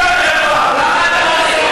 סיימת את הזמן שלך.